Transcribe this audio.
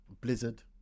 Blizzard